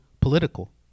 political